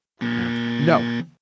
no